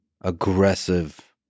aggressive